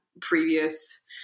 previous